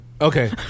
okay